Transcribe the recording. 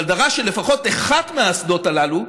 אבל דרש שלפחות אחת מהאסדות הללו,